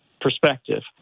perspective